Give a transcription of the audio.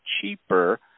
cheaper